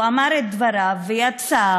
הוא אמר את דבריו ויצא,